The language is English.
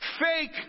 fake